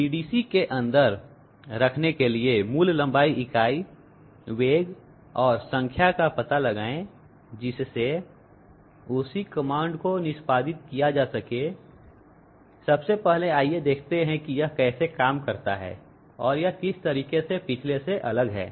PDC के अंदर रखने के लिए मूल लंबाई इकाई वेग और संख्या का पता लगाएं जिससे उसी कमांड को निष्पादित किया जा सके सबसे पहले आइए देखते हैं कि यह कैसे काम करता है और यह किस तरीके से पिछले से अलग है